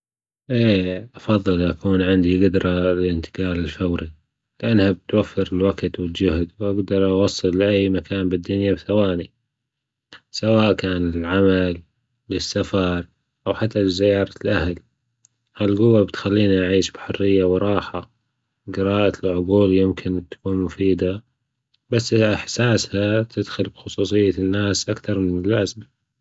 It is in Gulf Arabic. إيه أفضل أكون عندي جدره للإنتجال الفوري، لأنها بتوفر الوقت والجهد وأجدر أوصل لأي مكان بالدنيا بثواني سواء كان العمل، السفر أو حتى لزيارة الأهل، هاي الجوة بتخليني أعيش بحرية وراحة، جراية العقول يمكن تكون مفيده بس إحساسها تدخل في خصوصية الناس أكتر من اللازم